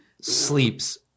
sleeps